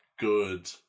good